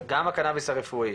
הקנאביס הרפואי,